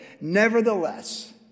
Nevertheless